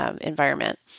environment